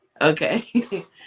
okay